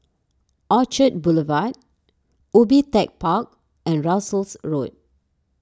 Orchard Boulevard Ubi Tech Park and Russels Road